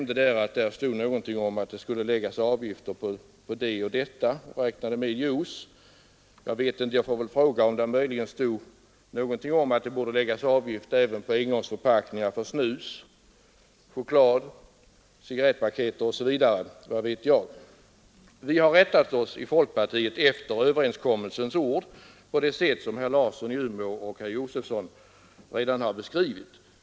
Där skulle stå någonting om att avgifter skulle läggas på engångsförpackningar med olika drycker, bl.a. juice. Jag får väl fråga om där också står någonting om att det borde läggas avgift även på engångsförpackningar för snus, choklad, cigaretter osv. Vad vet jag? Vi har inom folkpartiet rättat oss efter vad som står i överenskommelsen, som herr Larsson i Umeå och herr Josefson redan har beskrivit.